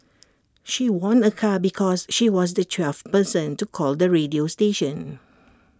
she won A car because she was the twelfth person to call the radio station